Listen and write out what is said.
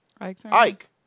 Ike